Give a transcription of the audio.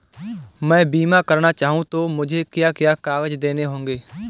मैं बीमा करना चाहूं तो मुझे क्या क्या कागज़ देने होंगे?